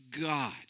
God